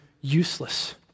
useless